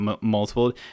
multiple